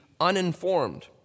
uninformed